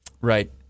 Right